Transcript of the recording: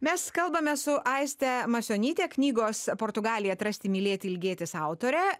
mes kalbamės su aiste masionyte knygos portugalija atrasti mylėti ilgėtis autore